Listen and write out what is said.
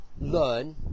learn